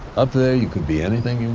up there you could be anything